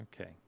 okay